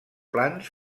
plans